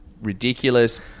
ridiculous